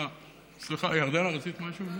וחוק היועמ"שים, סליחה, ירדנה, רצית משהו?